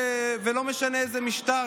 ולא משנה באיזה משטר,